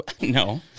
no